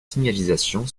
signalisation